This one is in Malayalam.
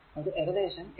അത് ഏകദേശം 18